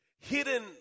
Hidden